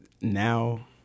now